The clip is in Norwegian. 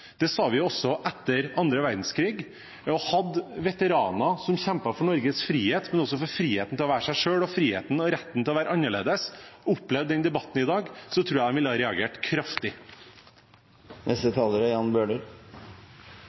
Det sa vi også etter annen verdenskrig, og hadde veteraner som kjempet som for Norges frihet – men også for friheten til å være seg selv og friheten og retten til å være annerledes – opplevd denne debatten i dag, tror jeg de ville ha reagert kraftig.